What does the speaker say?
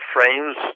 frames